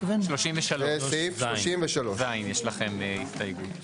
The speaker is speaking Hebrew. יש לכם הסתייגות לסעיף 33(ז).